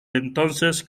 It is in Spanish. entonces